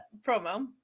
promo